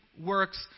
works